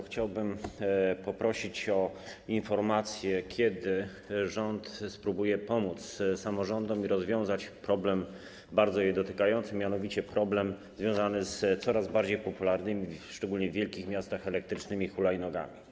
Chciałbym poprosić o informację, kiedy rząd spróbuje pomóc samorządom i rozwiązać problem bardzo je dotykający, mianowicie problem związany z coraz bardziej popularnymi, szczególnie w wielkich miastach, elektrycznymi hulajnogami.